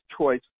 choice